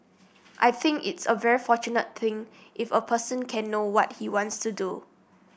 I think it's a very fortunate thing if a person can know what he wants to do